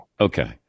Okay